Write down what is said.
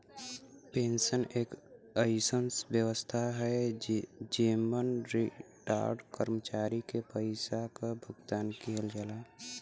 pension एक अइसन व्यवस्था हौ जेमन रिटार्यड कर्मचारी के पइसा क भुगतान किहल जाला